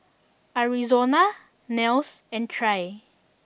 Arizona Nels and Trae